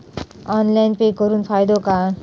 Online pay करुन फायदो काय?